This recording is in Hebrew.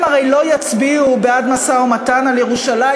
הם הרי לא יצביעו בעד משא-ומתן על ירושלים,